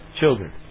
children